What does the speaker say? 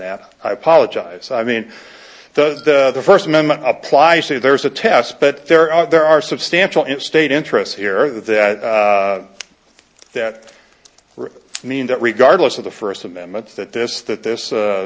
that i apologize i mean does the first amendment apply say there's a test but there are there are substantial and state interests here that that mean that regardless of the first amendment that this that this